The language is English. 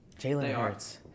Jalen